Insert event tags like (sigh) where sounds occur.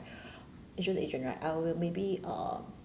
(breath) insurance agent right I will maybe uh